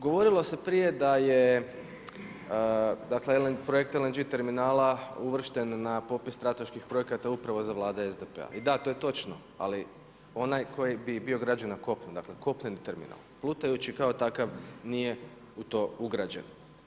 Govorilo se prije da je projekt LNG terminala uvršten na popis strateških projekata upravo za vlade SDP-a i da to je točno, ali onaj koji bi bio građen na kopnu, dakle kopneni terminal, plutajući kao takav nije u to ugrađen.